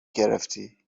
گرفتی